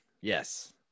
Yes